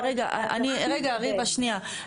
רגע, ריבה, שנייה.